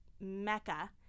mecca